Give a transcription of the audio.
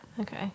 Okay